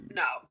no